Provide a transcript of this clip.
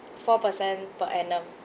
four percent per annum